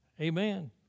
Amen